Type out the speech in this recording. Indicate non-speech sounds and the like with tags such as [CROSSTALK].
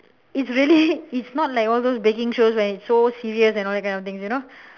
it's [LAUGHS] really it's not like all those baking shows where it's so serious and all that kind of things you know